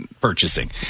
purchasing